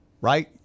Right